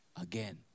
again